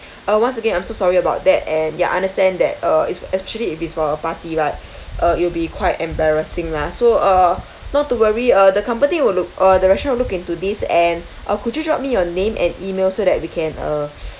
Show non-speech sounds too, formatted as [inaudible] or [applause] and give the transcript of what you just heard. uh once again I'm so sorry about that and ya understand that uh it's especially if it's for a party right uh it'll be quite embarrassing lah so uh not to worry uh the company will look uh the restaurant will look into this and uh could you drop me your name and email so that we can uh [noise]